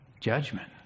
Judgment